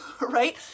right